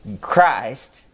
Christ